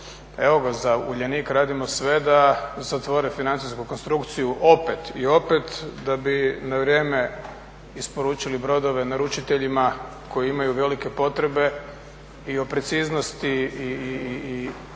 evo ga, za Uljanik radimo sve da zatvori financijsku konstrukciju opet i opet da bi na vrijeme isporučili brodove naručiteljima koji imaju velike potrebe i o preciznosti i